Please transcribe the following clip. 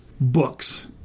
books